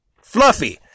Fluffy